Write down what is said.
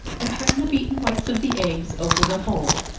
and turn the beaten whites of the eggs over the whole.